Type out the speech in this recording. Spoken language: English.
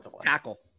Tackle